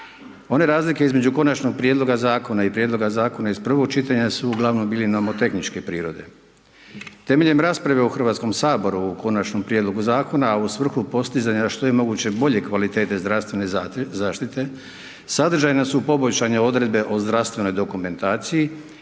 One razlike između konačnog prijedloga Zakona i prijedloga zakona iz prvog čitanja, su uglavnom bile nomotehničke prirode. Temeljem rasprave u Hrvatskom saboru, o konačnom prijedlogu zakona, a u svrhu postizanja što je moguće bolje kvaliteta zdravstvene zaštite, sadržajne su poboljšane odredbe o zdravstvenoj dokumentaciji